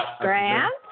Grant